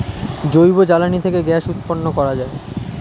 জৈব জ্বালানি থেকে গ্যাস উৎপন্ন করা যায়